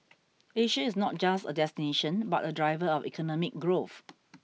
Asia is not just a destination but a driver of economic growth